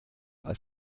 als